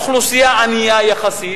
אוכלוסייה ענייה יחסית,